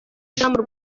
instagram